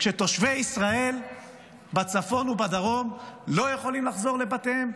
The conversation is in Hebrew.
כשתושבי ישראל בצפון ובדרום לא יכולים לחזור לבתיהם,